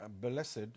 blessed